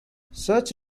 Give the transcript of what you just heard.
such